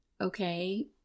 okay